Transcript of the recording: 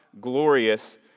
glorious